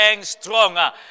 stronger